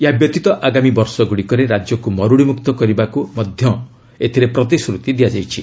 ଏହାବ୍ୟତୀତ ଆଗାମୀ ବର୍ଷ ଗୁଡ଼ିକରେ ରାଜ୍ୟକୁ ମରୁଡିମୁକ୍ତ କରିବାକୁ ମଧ୍ୟ ପ୍ରତିଶ୍ରୁତି ଦିଆଯାଇଛି